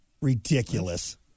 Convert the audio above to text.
Ridiculous